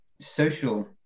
social